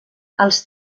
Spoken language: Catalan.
els